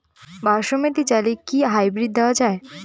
বাসমতী চালে কি হাইব্রিড দেওয়া য়ায়?